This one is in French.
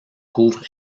couvre